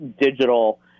digital